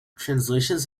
translations